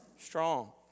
strong